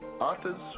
Authors